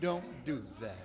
don't do that